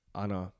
Anna